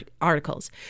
articles